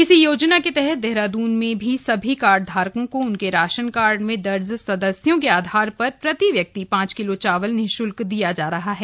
इसी योजना के तहत देहरादून में भी सभी कार्ड धारकों को उनके राशन कार्ड में दर्ज सदस्यों के आधार पर प्रति व्यक्ति पांच किलो चावल निशुल्क दिया जा रहा है